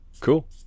Cool